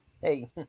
Hey